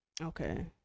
okay